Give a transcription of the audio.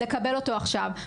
לקבל אותו עכשיו.